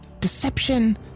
deception